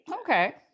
Okay